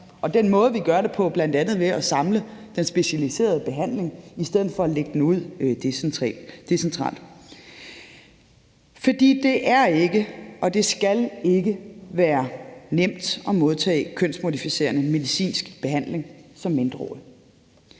og den måde, vi gør det på, bl.a. ved at samle den specialiserede behandling i stedet for at lægge den ud decentralt. For det er ikke, og det skal ikke være nemt at modtage kønsmodificerende medicinsk behandling som mindreårig.